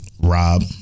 Rob